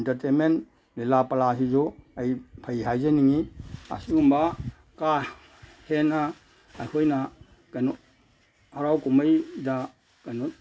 entertainment ꯂꯤꯂꯥ ꯄꯥꯂꯥꯁꯤꯁꯨ ꯑꯩ ꯐꯩ ꯍꯥꯏꯖꯅꯤꯡꯉꯤ ꯑꯁꯤꯒꯨꯝꯕ ꯀꯥ ꯍꯦꯟꯅ ꯑꯩꯈꯣꯏꯅ ꯀꯩꯅꯣ ꯍꯔꯥꯎ ꯀꯨꯝꯍꯩꯗ ꯀꯩꯅꯣ